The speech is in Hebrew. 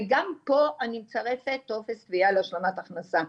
וגם פה אני מצרפת טופס תביעה להשלמת הכנסה.